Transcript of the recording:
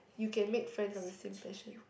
you can make friends of the same passion